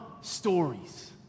stories